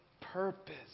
purpose